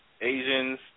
Asians